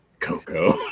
Coco